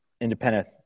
independent